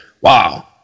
wow